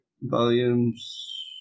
volumes